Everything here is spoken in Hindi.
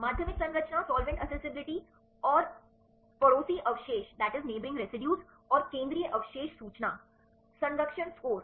माध्यमिक संरचना सॉल्वेंट एक्सेसिबिलिटी और पड़ोसी अवशेष और केंद्रीय अवशेष सूचना संरक्षण स्कोर